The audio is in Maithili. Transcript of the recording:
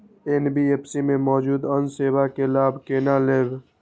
एन.बी.एफ.सी में मौजूद अन्य सेवा के लाभ केना लैब?